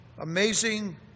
Amazing